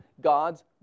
God's